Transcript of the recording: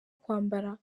kwambara